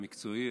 המקצועי,